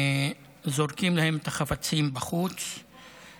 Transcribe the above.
זורקים להם את החפצים בחוץ,